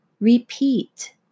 repeat